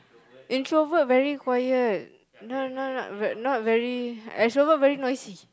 introvert very quiet no no not not very extrovert very noisy